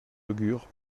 augure